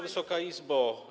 Wysoka Izbo!